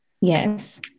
Yes